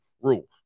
rule